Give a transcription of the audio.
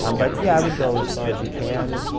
um but, yeah, i would go as far as you can,